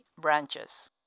branches